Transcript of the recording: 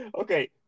Okay